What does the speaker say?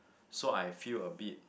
so I feel a bit